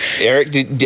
Eric